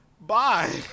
bye